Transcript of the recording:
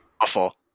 awful